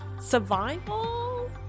survival